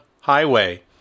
highway